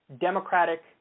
Democratic